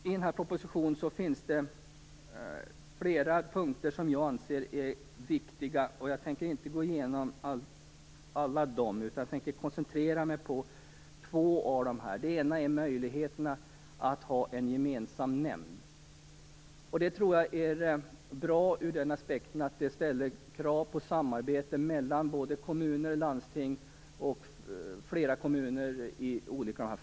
I propositionen finns flera viktiga punkter. Jag tänker inte gå igenom alla utan koncentrerar mig på två. Den ena gäller möjligheten att ha en gemensam nämnd. Det är bra ur den aspekten att det ställer krav på samarbete, mellan flera kommuner och mellan kommuner och landsting.